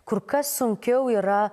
kur kas sunkiau yra